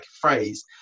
phrase